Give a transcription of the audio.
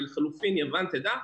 ולחילופין - יוון תדע,